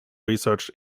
research